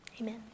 Amen